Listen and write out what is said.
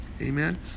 Amen